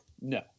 No